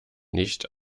nicht